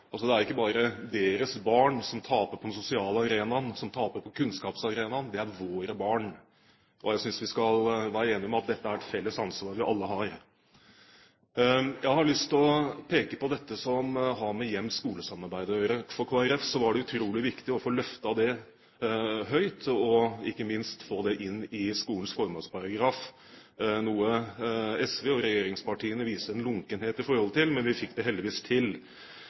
skal være enig om at dette er et felles ansvar vi alle har. Jeg har lyst til å peke på dette som har med hjem–skole-samarbeid å gjøre. For Kristelig Folkeparti var det utrolig viktig å få løftet det høyt og ikke minst få det inn i skolens formålsparagraf, noe SV og regjeringspartiene viste en lunkenhet til, men vi fikk det heldigvis til.